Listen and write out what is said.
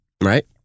right